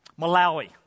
Malawi